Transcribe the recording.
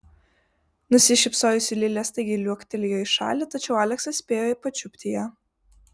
nusišypsojusi lilė staigiai liuoktelėjo į šalį tačiau aleksas spėjo pačiupti ją